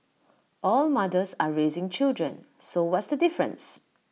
all mothers are raising children so what's the difference